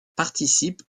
participent